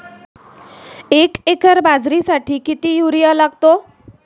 एक एकर बाजरीसाठी किती युरिया लागतो?